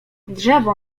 drzewo